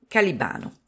Calibano